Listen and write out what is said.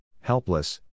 helpless